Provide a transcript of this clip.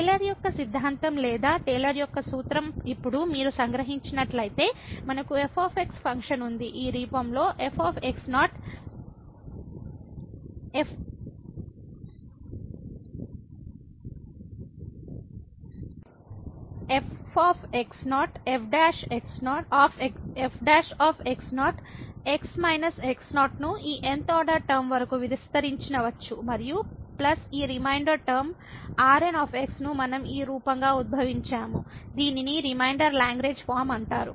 Taylor యొక్క సిద్ధాంతం లేదా టేలర్ యొక్క సూత్రం ఇప్పుడు మీరు సంగ్రహించినట్లయితే మనకు f ఫంక్షన్ ఉంది ఈ రూపంలో f f ను ఈ nth ఆర్డర్ టర్మ వరకు విస్తరించవచ్చు మరియు ప్లస్ ఈ రిమైండర్ టర్మ Rn ను మనం ఈ రూపంగా ఉద్భవించాము దీనిని రిమైండర్ లాగ్రేంజ్ ఫార్మ అంటారు